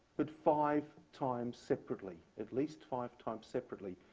but five times separately, at least five times separately.